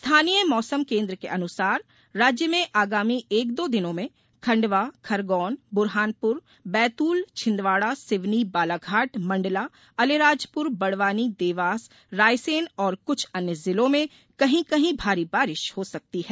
स्थानीय मौसम केंद्र के अनुसार राज्य में आगामी एक दो दिनों में खंडवा खरगोन बुरहानपुर बैतूल छिंदवाड़ा सिवनी बालाघाट मंडला अलीराजपुर बड़वानी देवास रायसेन और कुछ अन्य जिलों में कहीं कहीं भारी बारिश हो सकती है